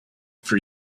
for